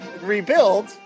Rebuild